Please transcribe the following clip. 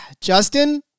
Justin